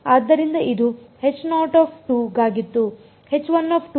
ಆದ್ದರಿಂದ ಇದು ಗಾಗಿತ್ತು